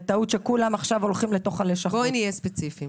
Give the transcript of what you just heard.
הדיווחים השוטפים של הלשכות,